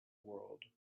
world